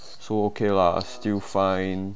so okay lah still fine